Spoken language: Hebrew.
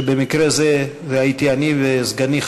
שבמקרה הזה זה היינו אני וסגני,